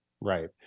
Right